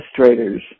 administrators